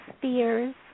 fears